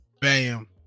Bam